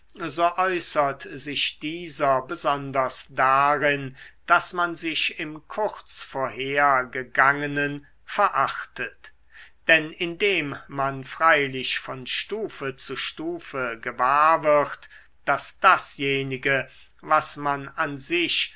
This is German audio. äußert sich dieser besonders darin daß man sich im kurz vorhergegangenen verachtet denn indem man freilich von stufe zu stufe gewahr wird daß dasjenige was man an sich